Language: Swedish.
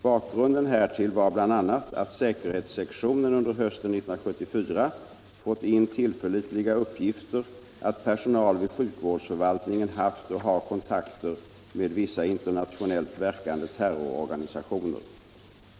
Bakgrunden härtill var bl.a. att säkerhetssektionen under hösten 1974 fått in tillförlitliga uppgifter att personal vid sjukvårdsförvaltningen haft och har kontakt med vissa internationellt verkande terrororganisationer.